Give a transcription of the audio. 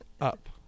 up